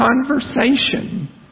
conversation